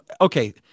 okay